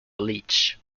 bleach